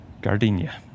Gardenia